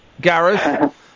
Gareth